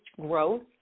growth